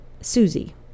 Susie